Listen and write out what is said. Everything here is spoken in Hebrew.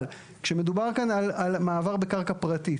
אבל כשמדובר כאן על מעבר בקרקע פרטית,